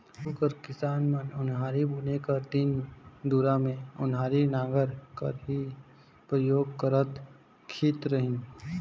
आघु कर किसान मन ओन्हारी बुने कर दिन दुरा मे ओन्हारी नांगर कर ही परियोग करत खित रहिन